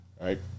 right